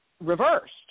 reversed